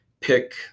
pick